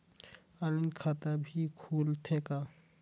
Online खाता भी खुलथे का?